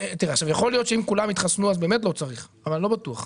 יכול להיות שאם כולם התחסנו אז באמת לא צריך אבל אני לא בטוח.